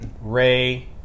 Ray